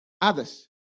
others